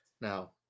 now